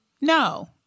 no